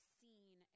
seen